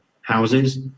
houses